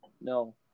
no